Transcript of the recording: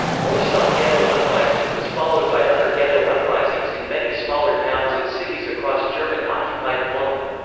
warsaw ghetto uprising, was followed by other ghetto uprisings in many smaller towns and cities across german occupied poland.